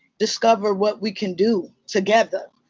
discover what we can do. together.